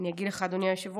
אני אגיד לך, אדוני היושב-ראש,